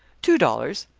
two dollars.